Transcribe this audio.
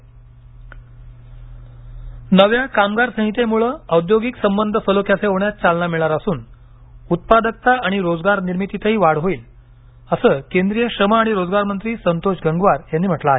गंगवार नव्या कामगार संहितांमुळे औद्योगिक संबंध सलोख्याचे होण्यास चालना मिळणार असून उत्पादकता आणि रोजगार निर्मितीतही वाढ होईल असं केंद्रीय श्रम आणि रोजगार मंत्री संतोष गंगवार यांनी म्हटलं आहे